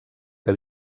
que